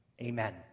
Amen